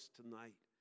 tonight